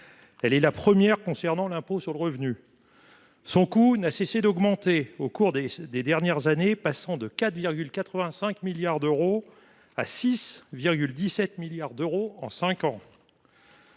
Elle est la première concernant l’impôt sur le revenu. Son coût n’a cessé d’augmenter au cours des dernières années, passant de 4,85 milliards d’euros à 6,17 milliards d’euros en cinq ans.